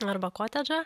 arba kotedžą